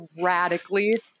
radically